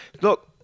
look